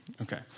Okay